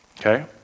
Okay